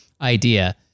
idea